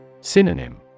Synonym